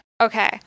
Okay